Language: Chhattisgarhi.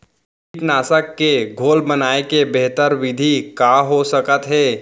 कीटनाशक के घोल बनाए के बेहतर विधि का हो सकत हे?